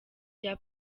rya